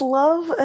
love